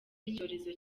icyorezo